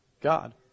God